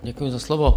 Děkuji za slovo.